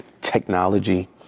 technology